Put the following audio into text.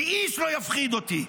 ואיש לא יפחיד אותי.